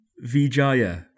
Vijaya